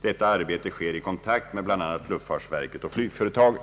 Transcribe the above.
Detta arbete sker i kontakt med bl.a. luftfartsverket och flygföretagen.